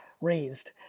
raised